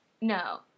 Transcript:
No